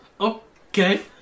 Okay